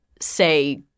say